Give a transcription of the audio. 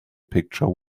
picture